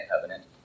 covenant